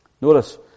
Notice